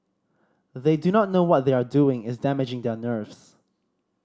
they do not know what they are doing is damaging their nerves